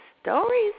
stories